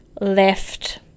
left